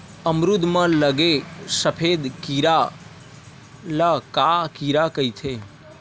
अमरूद म लगे सफेद कीरा ल का कीरा कइथे?